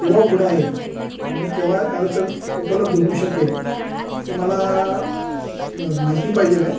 केव्हा उघड आहे आणि मी केव्हाही आलं तर उपलब्ध होऊ शकेल ते मला माहिती पाहिजे आहे